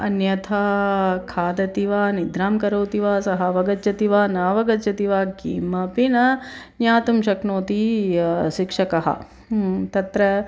अन्यथा खादति वा निद्रां करोति वा सः अवगच्छति वा नावगच्छति वा किमपि न ज्ञातुं शक्नोति शिक्षकः तत्र